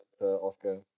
oscar